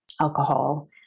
alcohol